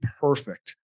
perfect